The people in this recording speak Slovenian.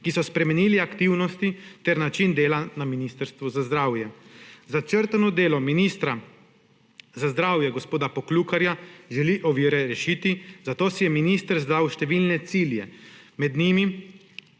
ki so spremenili aktivnosti ter način dela na Ministrstvu za zdravje. Začrtano delo ministra za zdravje gospoda Poklukarja želi ovire rešiti, zato si je minister zadal številne cilje, med drugim